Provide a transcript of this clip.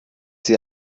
sie